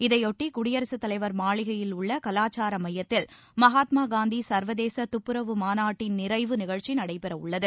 இதையொட்டி குடியரசுத் தலைவர் மாளிகையில் உள்ள கலாச்சார மையத்தில் மகாத்மா காந்தி சா்வதேச துப்புரவு மாநாட்டின் நிறைவு நிகழ்ச்சி நடைபெறவுள்ளது